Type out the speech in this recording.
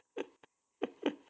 it